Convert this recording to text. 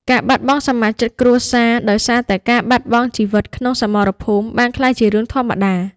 ការបាត់បង់សមាជិកគ្រួសារដោយសារតែការបាត់បង់ជីវិតក្នុងសមរភូមិបានក្លាយជារឿងធម្មតា។